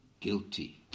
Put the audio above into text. guilty